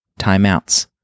timeouts